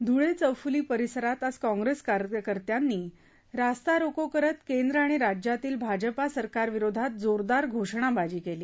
धुळे चौफुली परिसरात आज काँग्रेस कार्यकर्त्यांनी रस्ता रोको करत केंद्र आणि राज्यातील भाजपा सरकार विरोधात जोरदार घोषणाबाजी केली